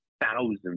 thousands